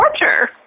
torture